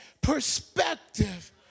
perspective